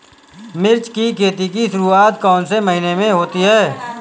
मिर्च की खेती की शुरूआत कौन से महीने में होती है?